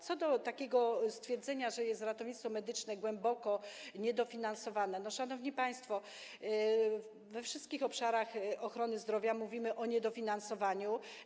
Co do takiego stwierdzenia, że ratownictwo medyczne jest głęboko niedofinansowane, szanowni państwo, we wszystkich obszarach ochrony zdrowia mówimy o niedofinansowaniu.